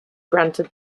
granted